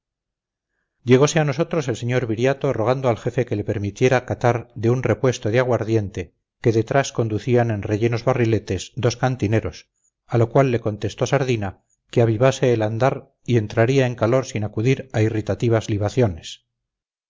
llegose a nosotros el señor viriato rogando al jefe que le permitiera catar de un repuesto de aguardiente que detrás conducían en rellenos barriletes dos cantineros a lo cual le contestó sardina que avivase el andar y entraría en calor sin acudir a irritativas libaciones